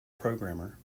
programmer